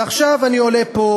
ועכשיו אני עולה פה,